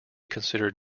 considered